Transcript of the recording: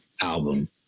album